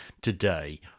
today